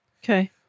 Okay